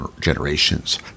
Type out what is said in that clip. generations